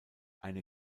eine